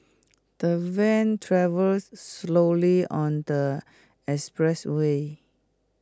the van travelled slowly on the expressway